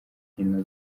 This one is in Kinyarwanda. nkino